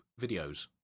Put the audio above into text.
videos